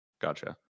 gotcha